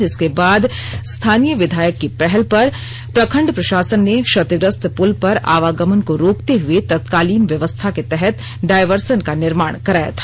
जिसके बाद स्थानीय विधायक की पहल पर प्रखंड प्रशासन ने क्षतिग्रस्त पूल पर आवागमन को रोकते हुए तत्कालीन व्यवस्था के तहत डायवर्सन का निर्माण कराया था